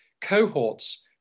cohorts